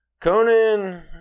Conan